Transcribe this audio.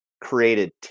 created